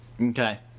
Okay